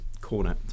Corner